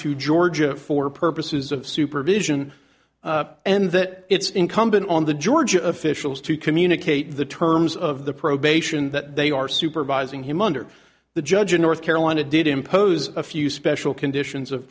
to georgia for purposes of supervision and that it's incumbent on the georgia officials to communicate the terms of the probation that they are supervising him under the judge in north carolina did impose a few special conditions of